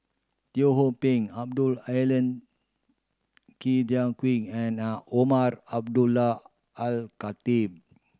Teo Ho Pin Abdul Aleem and Umar Abdullah Al Khatib